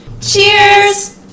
Cheers